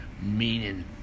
meaning